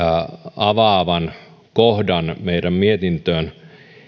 avaavan kohdan meidän mietintöön